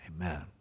amen